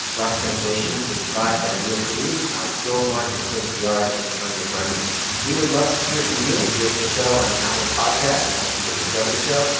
rough translation is advised by neil carruth, alex goldmark, mathilde piard and anya grundmann we would love to hear from you. rate the show on apple podcasts. it helps people discover the show.